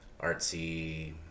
artsy